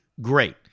great